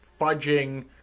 Fudging